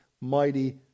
mighty